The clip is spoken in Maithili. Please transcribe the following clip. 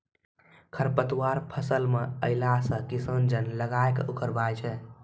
खरपतवार फसल मे अैला से किसान जन लगाय के उखड़बाय छै